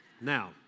Now